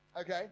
Okay